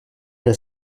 era